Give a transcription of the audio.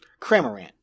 Cramorant